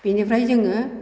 बिनिफ्राय जोङो